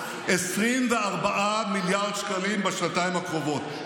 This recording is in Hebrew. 24 מיליארד שקלים, בשנתיים הקרובות.